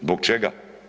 Zbog čega?